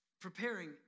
preparing